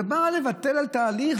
מדובר על ביטול תהליך,